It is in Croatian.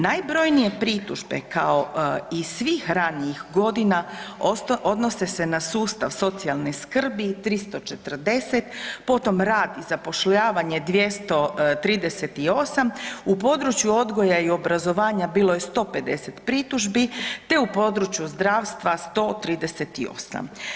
Najbrojnije pritužbe kao i svih ranijih godina odnose se na sustav socijalne skrbi 340, potom rad i zapošljavanje 238, u području odgoja i obrazovanja bilo je 150 pritužbi, te u području zdravstva 138.